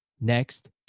Next